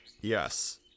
Yes